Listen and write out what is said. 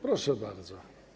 Proszę bardzo.